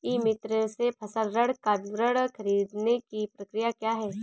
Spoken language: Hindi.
ई मित्र से फसल ऋण का विवरण ख़रीदने की प्रक्रिया क्या है?